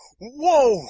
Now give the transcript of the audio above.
Whoa